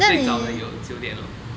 最早的有九点 lor